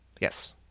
yes